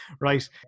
Right